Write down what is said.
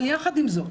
אבל יחד עם זאת,